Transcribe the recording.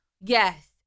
Yes